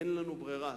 אין לנו ברירה.